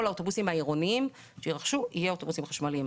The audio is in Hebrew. כל האוטובוסים העירוניים שיירכשו יהיו אוטובוסים חשמליים.